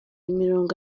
imirongo